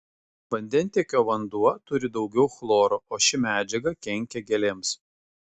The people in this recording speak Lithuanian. vandentiekio vanduo turi daugiau chloro o ši medžiaga kenkia gėlėms